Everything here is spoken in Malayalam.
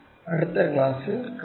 അടുത്ത ക്ലാസ്സിൽ കാണാം